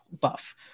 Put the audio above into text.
buff